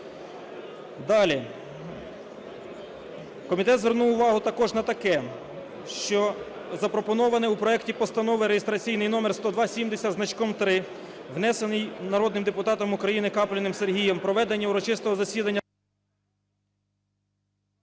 Далі. Комітет звернув увагу також на таке, що запропоноване у проекті постанови реєстраційний номер 10270-3, внесений народним депутатом України Капліним Сергієм, проведення урочистого засідання…